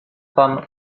femme